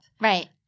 Right